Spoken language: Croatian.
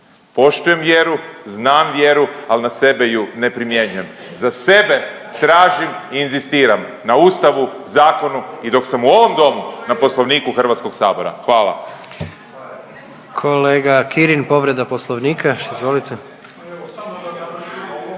Poštujem vjeru, znam vjeru al na sebi ju ne primjenjujem. Za sebe tražim i inzistiram na Ustavu, zakonu i dok sam u ovom domu na Poslovniku Hrvatskog sabora. Hvala. **Jandroković, Gordan (HDZ)** Kolega Kirin povreda Poslovnika, izvolite.